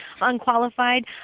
unqualified